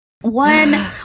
One